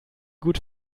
gut